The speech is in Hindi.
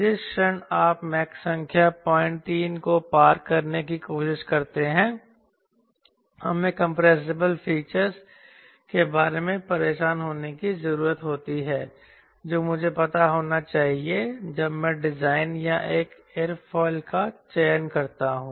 जिस क्षण आप मैक संख्या 03 को पार करने की कोशिश करते हैं हमें कंप्रेसिबल फीचर्स के बारे में परेशान होने की जरूरत होती है जो मुझे पता होना चाहिए जब मैं डिजाइन या एक एयरोफिल का चयन करता हूं